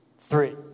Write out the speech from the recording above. three